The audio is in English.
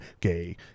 Gay